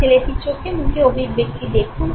ছেলেটির চোখে মুখে অভিব্যক্তি দেখুন